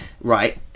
Right